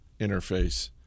interface